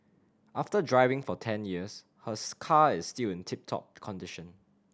after driving for ten years her car is still in tip top condition